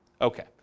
okay